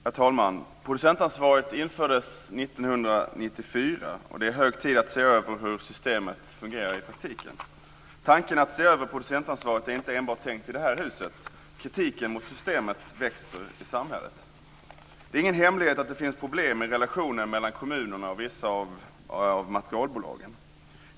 Herr talman! Producentansvaret infördes 1994 och det är hög tid att se över hur systemet fungerar i praktiken. Tanken att se över producentansvaret är inte enbart tänkt i det här huset. Kritiken mot systemet växer i samhället. Det är ingen hemlighet att det finns problem i relationen mellan kommunerna och vissa av materialbolagen.